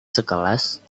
sekelas